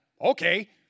Okay